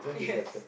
yes